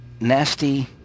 nasty